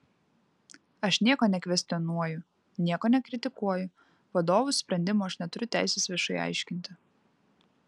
aš nieko nekvestionuoju nieko nekritikuoju vadovų sprendimo aš neturiu teisės viešai aiškinti